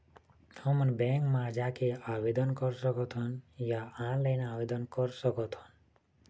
हमन बैंक मा जाके आवेदन कर सकथन या ऑनलाइन आवेदन कर सकथन?